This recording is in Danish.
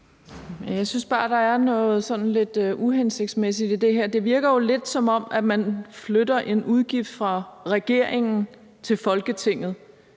Jeg synes bare, der er noget sådan lidt uhensigtsmæssigt i det her. Det virker jo lidt, som om man flytter en udgift fra regeringen til Folketinget,